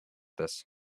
this